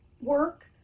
work